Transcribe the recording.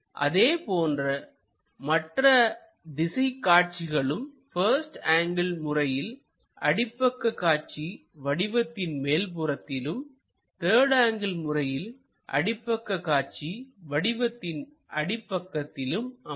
அதே போன்று மற்ற திசை காட்சிகளும் பஸ்ட் ஆங்கிள் முறையில் அடிப்பக்க காட்சி வடிவத்தின் மேல் புறத்திலும் த்தர்டு ஆங்கிள் முறையில் அடிப்பக்க காட்சி வடிவத்தின் அடி பக்கத்திலும் அமையும்